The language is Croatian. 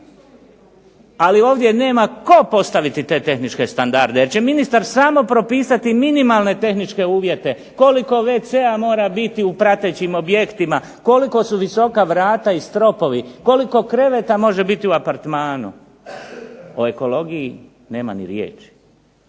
Ali ovdje nema tko postaviti te tehničke standarde jer će ministar propisati samo minimalne tehničke uvjete, koliko wc-a mora biti u pratećim objektima, koliko su visoka vrata i stropovi, koliko kreveta može biti u apartmanu, o ekologiji nema ni riječi.